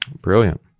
Brilliant